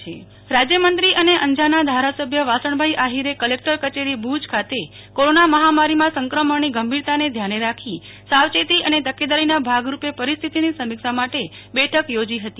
નેહલ ઠકકર સમીક્ષા બેઠક કલેકટર કચેરી રાજ્ય મંત્રી અને અંજારના ધારાસભ્ય વાસણ ભાઈ આફીરે કલેક્ટર કચેરી ભુજ ખાતે કોરોના મફામારીમાં સંક્રમણની ગંભીરતાને ધ્યાને રાખી સાવચેતી અને તકેદારીના ભાગરૂપે પરિસ્થિતિની સમીક્ષા માટે બેઠક યોજી ફતી